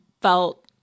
felt